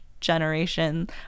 generation